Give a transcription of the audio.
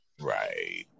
Right